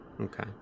okay